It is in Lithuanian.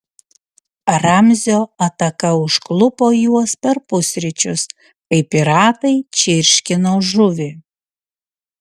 ramzio ataka užklupo juos per pusryčius kai piratai čirškino žuvį